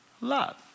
love